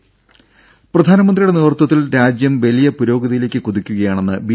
രുഭ പ്രധാനമന്ത്രിയുടെ നേതൃത്വത്തിൽ രാജ്യം വലിയ പുരോഗതിയിലേക്ക് കുതിക്കുകയാണെന്ന് ബി